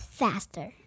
faster